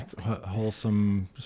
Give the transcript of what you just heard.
wholesome